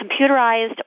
computerized